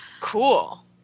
Cool